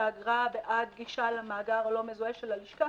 שהאגרה בעד גישה למאגר הלא מזוהה של הלשכה